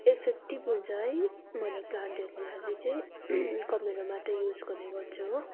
effective हुन्छ है money प्लान्टहरूको लागि चाहिँ कमेरो माटो युस गर्ने गर्छु हो